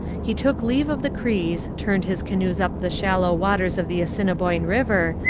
he took leave of the crees, turned his canoes up the shallow waters of the assiniboine river,